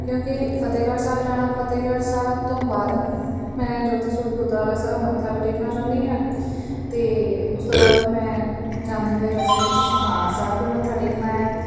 ਕਿਉਂਕਿ ਫਤਿਹਗੜ੍ਹ ਸਾਹਿਬ ਜਾਣਾ ਫਤਿਹਗੜ੍ਹ ਸਾਹਿਬ ਤੋਂ ਬਾਅਦ ਮੈਂ ਜੋਤੀ ਸਰੂਪ ਗੁਰਦੁਆਰਾ ਸਾਹਿਬ ਮੱਥਾ ਵੀ ਟੇਕਣਾ ਚਾਹੁੰਦੀ ਹਾਂ ਅਤੇ ਉਸ ਤੋਂ ਬਾਅਦ ਫਿਰ ਮੈਂ ਜਾਂਦੇ ਹੋਏ ਰਸਤੇ ਵਿੱਚ ਸੋਹਾਣਾ ਸਾਹਿਬ ਵੀ ਮੱਥਾ ਟੇਕਣਾ ਆ